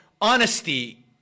honesty